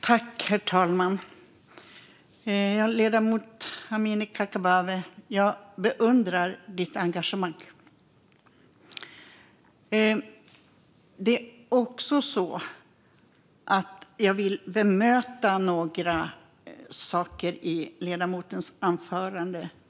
Herr talman! Ledamoten Amineh Kakabaveh! Jag beundrar ditt engagemang. Jag vill bemöta några saker som sas i ledamotens anförande.